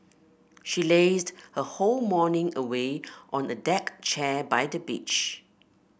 she lazed her whole morning away on a deck chair by the beach